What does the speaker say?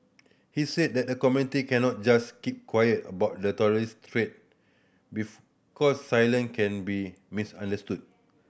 he said that the community cannot just keep quiet about the terrorist threat because silence can be misunderstood